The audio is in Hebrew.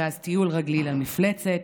ואז טיול רגלי למפלצת,